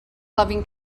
loving